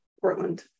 Portland